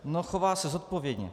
No chová se zodpovědně.